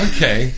Okay